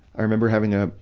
i remember having, ah,